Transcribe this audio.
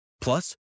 Plus